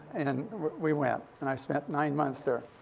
and we went. and i spent nine months there.